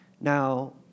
Now